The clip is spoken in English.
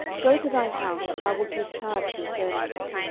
go to thine house, and i will give charge concerning thee.